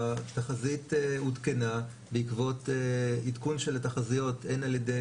התחזית עודכנה בעקבות עדכון של התחזיות הן על ידי